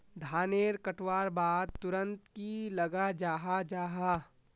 धानेर कटवार बाद तुरंत की लगा जाहा जाहा?